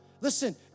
Listen